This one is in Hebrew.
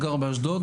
גר באשדוד,